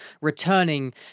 returning